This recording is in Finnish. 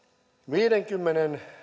viidenkymmenen